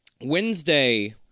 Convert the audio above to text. Wednesday